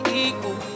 equal